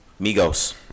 Migos